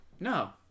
No